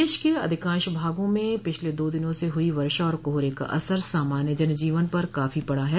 प्रदेश के अधिकांश भागों में पिछले दो दिनों से हुई वर्षा और कोहर का असर सामान्य जन जीवन पर काफी पड़ा है